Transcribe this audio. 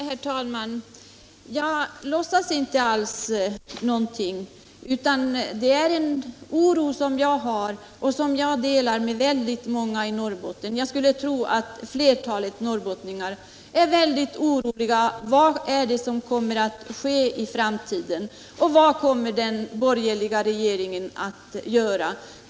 Herr talman! Jag låtsas inte någonting, utan den oro jag känner är äkta. Jag delar den oron med många människor i Norrbotten — jag skulle tro att flertalet norrbottningar är väldigt oroliga för vad som kommer att ske där i framtiden. Vad kommer den borgerliga regeringen att göra för dem?